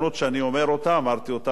ואמרתי אותה בהזדמנויות אחרות.